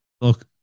look